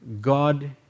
God